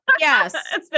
Yes